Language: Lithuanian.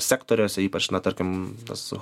sektoriuose ypač na tarkim tas